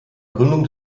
gründung